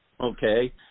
Okay